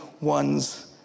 one's